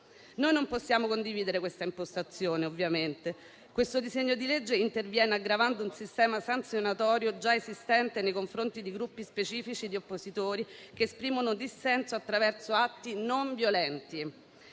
Non possiamo condividere questa impostazione, ovviamente. Il disegno di legge al nostro esame interviene aggravando un sistema sanzionatorio già esistente, nei confronti di gruppi specifici di oppositori, che esprimono dissenso attraverso atti non violenti.